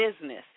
business